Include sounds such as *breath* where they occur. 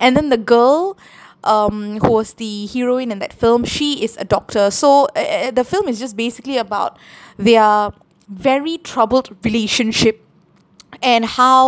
and then the girl um who was the hero in in that film she is a doctor so eh eh eh the film is just basically about *breath* their *noise* very troubled relationship *noise* and how